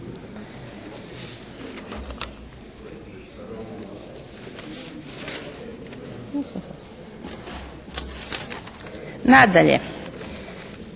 Nadalje,